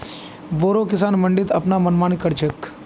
बोरो किसान मंडीत अपनार मनमानी कर छेक